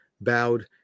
bowed